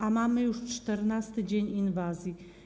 A mamy już 14. dzień inwazji.